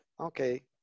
Okay